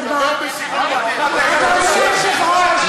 חבר הכנסת חזן, שב בבקשה.